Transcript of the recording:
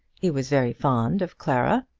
he was very fond of clara,